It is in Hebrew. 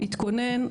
התכונן,